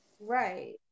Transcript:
Right